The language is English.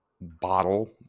bottle